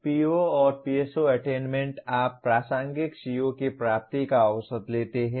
POPSO attainment आप प्रासंगिक CO की प्राप्ति का औसत लेते हैं